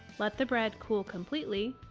let the bread cool completely,